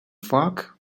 foc